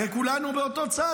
הרי כולנו באותו צד,